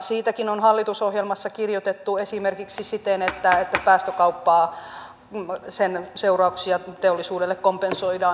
siitäkin on hallitusohjelmassa kirjoitettu esimerkiksi siten että päästökaupan seurauksia teollisuuteen kompensoidaan